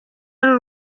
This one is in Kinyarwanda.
ari